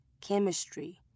chemistry